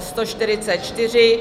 144.